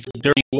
dirty